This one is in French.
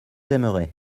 aimeraient